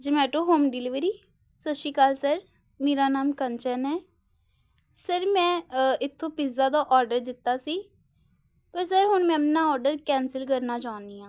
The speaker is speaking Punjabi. ਜਮੈਟੋ ਹੋਮ ਡਿਲੀਵਰੀ ਸਤਿ ਸ਼੍ਰੀ ਅਕਾਲ ਸਰ ਮੇਰਾ ਨਾਮ ਕੰਚਨ ਹੈ ਸਰ ਮੈਂ ਇੱਥੋਂ ਪਿੱਜ਼ਾ ਦਾ ਔਡਰ ਦਿੱਤਾ ਸੀ ਪਰ ਸਰ ਹੁਣ ਮੈਂ ਆਪਣਾ ਔਡਰ ਕੈਂਸਲ ਕਰਨਾ ਚਾਹੁੰਦੀ ਹਾਂ